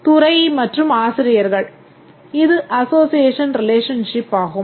துறை மற்றும் ஆசிரியர்கள் இது அசோசியேஷன் ரிலேஷன்ஷிப் ஆகும்